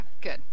good